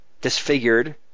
disfigured